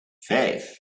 vijf